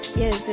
yes